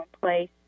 place